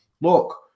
look